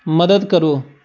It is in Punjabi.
ਮਦਦ ਕਰੋ